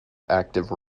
active